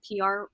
PR